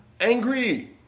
angry